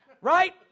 right